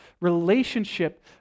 Relationship